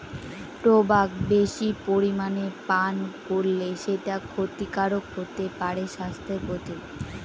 tobacco বেশি পরিমানে পান করলে সেটা ক্ষতিকারক হতে পারে স্বাস্থ্যের প্রতি